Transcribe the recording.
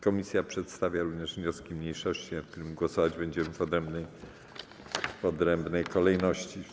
Komisja przedstawia również wnioski mniejszości, nad którymi głosować będziemy w pierwszej kolejności.